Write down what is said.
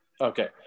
okay